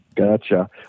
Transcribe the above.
Gotcha